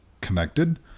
connected